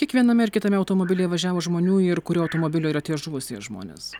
kiek viename ir kitame automobilyje važiavo žmonių ir kurio automobilio yra tie žuvusieji žmonės